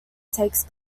takes